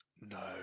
No